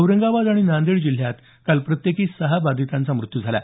औरंगाबाद आणि नांदेड जिल्ह्यात काल प्रत्येकी सहा बाधितांचा मृत्यू झाला